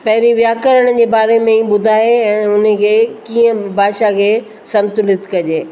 पहिरीं व्याकरण जे बारे में ई ॿुधाए ऐं उन खे कीअं भाषा खे संतूलित कजे